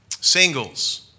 singles